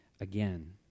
again